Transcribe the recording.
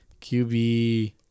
QB